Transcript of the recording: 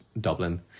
Dublin